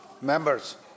members